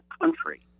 country